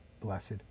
Blessed